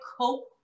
cope